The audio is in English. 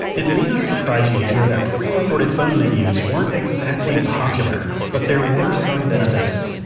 it may not surprise you to hear that pre-recorded phone menus weren't exactly popular, but there were some benefits.